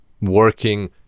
working